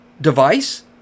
device